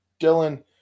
Dylan